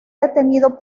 detenido